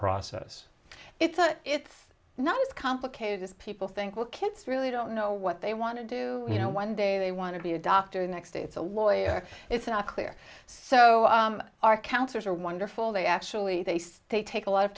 process is that it's not as complicated as people think well kids really don't know what they want to do you know one day they want to be a doctor next it's a lawyer it's not clear so our counselors are wonderful they actually they stay take a lot of